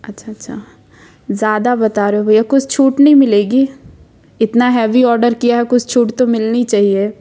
अच्छा अच्छा ज़्यादा बता रहे हो भैया कुछ छूट नहीं मिलेगी इतना हैवी ऑडर किया है कुछ छूट तो मिलनी चाहिए